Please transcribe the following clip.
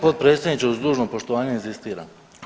Potpredsjedniče uz dužno poštovanje inzistiram.